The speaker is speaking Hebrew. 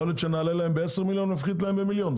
יכול להיות שנעלה להם בעשרה מיליון או נפחית להם במיליון,